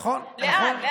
לאן?